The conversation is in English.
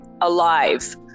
alive